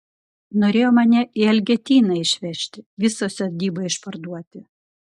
norėjo mane į elgetyną išvežti visą sodybą išparduoti